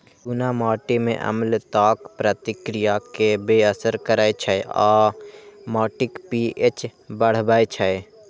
चूना माटि मे अम्लताक प्रतिक्रिया कें बेअसर करै छै आ माटिक पी.एच बढ़बै छै